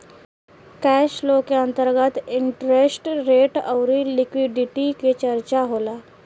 cash flow के अंतर्गत interest rate अउरी लिक्विडिटी के चरचा होला